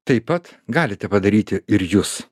taip pat galite padaryti ir jus